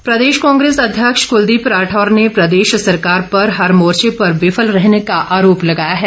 राठौर प्रदेश कांग्रेस अध्यक्ष कुलदीप राठौर ने प्रदेश सरकार पर हर मोर्च पर विफल रहने का आरोप लगाया है